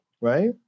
right